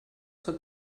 zur